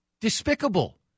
despicable